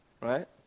right